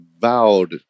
vowed